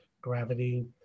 gravity